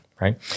right